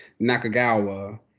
Nakagawa